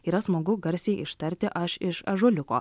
yra smagu garsiai ištarti aš iš ąžuoliuko